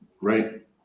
Right